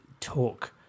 talk